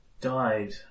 died